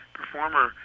performer